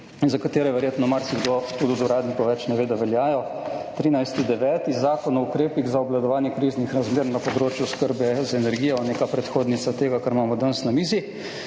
za katere verjetno marsikdo tudi od uradnikov več ne ve, da veljajo. 13. 9. Zakon o ukrepih za obvladovanje kriznih razmer na področju oskrbe z energijo, neka predhodnica tega, kar imamo danes na mizi,